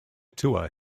tour